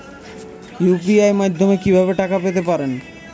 UPI মাধ্যমে কি ভাবে টাকা পেতে পারেন?